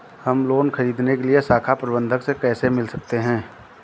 हम लोन ख़रीदने के लिए शाखा प्रबंधक से कैसे मिल सकते हैं?